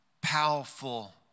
powerful